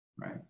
right